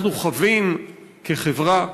אנחנו חבים כחברה,